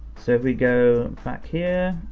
so if we go back here,